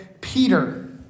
Peter